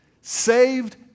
saved